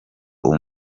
uwo